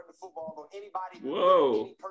Whoa